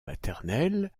maternelle